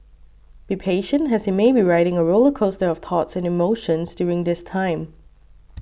be patient as he may be riding a roller coaster of thoughts and emotions during this time